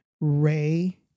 Ray